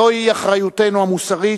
זוהי אחריותנו המוסרית,